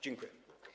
Dziękuję.